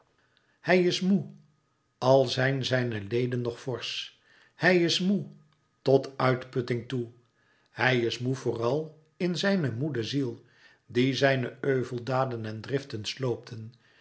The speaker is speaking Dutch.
hij is moê al zijn zijne leden nog forsch hij is moê tot uitputting toe hij is moê vooral in zijne moede ziel die zijne euveldaden en driften sloopten